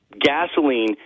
gasoline